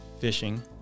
fishing